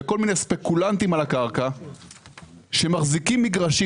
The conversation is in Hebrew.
לכל מיני ספקולנטים על הקרקע שמחזיקים מגרשים